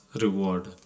reward